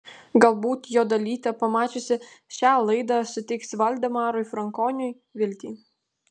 galbūt jo dalytė pamačiusi šią laidą suteiks valdemarui frankoniui viltį